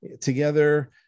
together